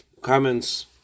comments